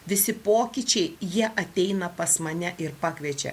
visi pokyčiai jie ateina pas mane ir pakviečia